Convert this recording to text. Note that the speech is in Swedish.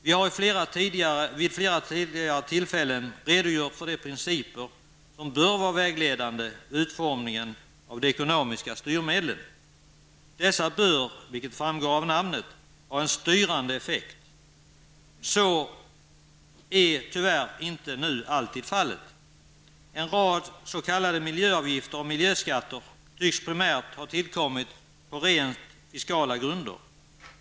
Vi har vid flera tidigare tillfällen redogjort för de principer som bör vara vägledande vid utformningen av de ekonomiska styrmedlen. Dessa bör -- vilket framgår av namnet -- ha en styrande effekt. Så är tyvärr inte nu alltid fallet. En rad s.k. miljöavgifter och miljöskatter tycks primärt ha tillkommit på rent fiskala grunder.